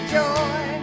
joy